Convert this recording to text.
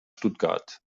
stuttgart